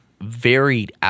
varied